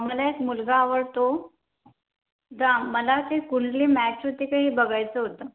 मला एक मुलगा आवडतो द मला ते कुंडली मॅच होती काही बघायचं होतं